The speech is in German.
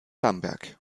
bamberg